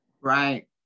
right